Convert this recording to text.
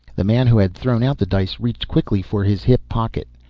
the man who had thrown out the dice reached quickly for his hip pocket.